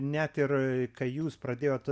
net ir kai jūs pradėjot